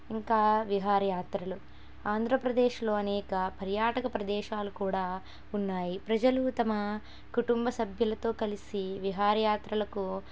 ఇంకా విహారయాత్రలు ఆంధ్రప్రదేశ్లో అనేక పర్యాటక ప్రదేశాలు కూడా ఉన్నాయి ప్రజలు తమ కుటుంబ సభ్యులతో కలిసి విహారయాత్రలకు